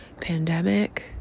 pandemic